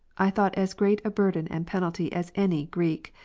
i thought as great a burden and penalty as any greek.